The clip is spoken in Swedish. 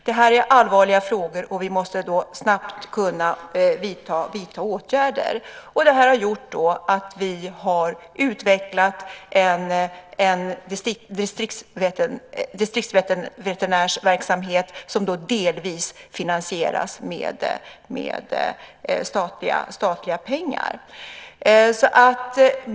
Det här är allvarliga frågor, och vi måste snabbt kunna vidta åtgärder. Det har gjort att vi har utvecklat en distriktsveterinärsverksamhet som delvis finansieras med statliga pengar.